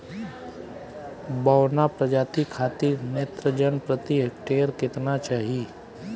बौना प्रजाति खातिर नेत्रजन प्रति हेक्टेयर केतना चाही?